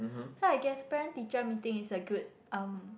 so I guess parent teacher meeting is a good um